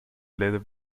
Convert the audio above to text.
leather